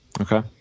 Okay